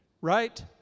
right